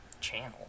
Channel